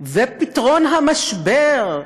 ופתרון המשבר,